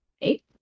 eight